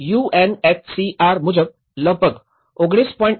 UNHCR મુજબ લગભગ ૧૯